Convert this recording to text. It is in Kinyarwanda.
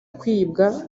kwibwa